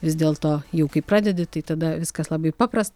vis dėlto jau kai pradedi tai tada viskas labai paprasta